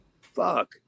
Fuck